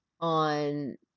on